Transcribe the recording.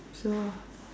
so